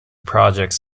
projects